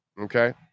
Okay